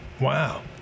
Wow